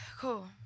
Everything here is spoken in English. Cool